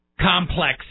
complex